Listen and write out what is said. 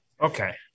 Okay